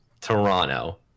toronto